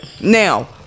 Now